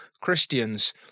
Christians